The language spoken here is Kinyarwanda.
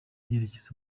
yerekeza